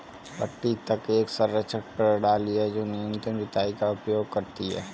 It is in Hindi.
पट्टी तक एक संरक्षण प्रणाली है जो न्यूनतम जुताई का उपयोग करती है